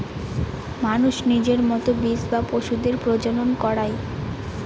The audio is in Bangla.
মানুষ নিজের মতো বীজ বা পশুদের প্রজনন করায়